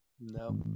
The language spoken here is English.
No